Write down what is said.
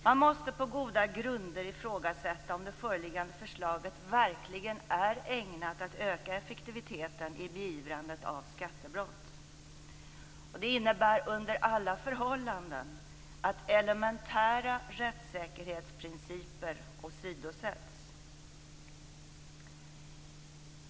Man måste på goda grunder ifrågasätta om det föreliggande förslaget verkligen är ägnat att öka effektiviteten i beivrandet av skattebrott. Det innebär under alla förhållanden att elementära rättssäkerhetsprinciper åsidosätts.